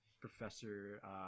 professor